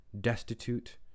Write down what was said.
destitute